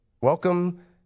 Welcome